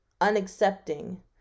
unaccepting